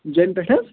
جوٚمہِ پٮ۪ٹھٕ حظ